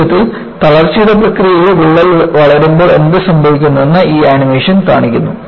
ചുരുക്കത്തിൽ തളർച്ചയുടെ പ്രക്രിയയിൽ വിള്ളൽ വളരുമ്പോൾ എന്തുസംഭവിക്കുന്നുവെന്ന് ഈ ആനിമേഷൻ കാണിക്കുന്നു